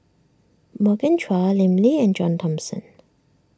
Morgan Chua Lim Lee and John Thomson